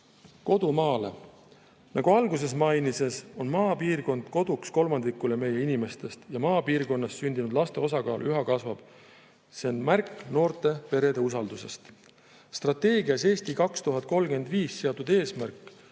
Kodu maale. Nagu alguses mainisin, on maapiirkond koduks kolmandikule meie inimestest ja maapiirkonnas sündinud laste osakaal üha kasvab. See on märk noorte perede usaldusest. Strateegias "Eesti 2035" on seatud eesmärk